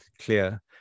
clear